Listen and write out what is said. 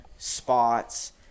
Spots